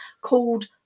called